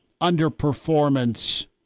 underperformance